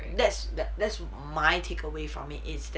that's the that's my take away from it is that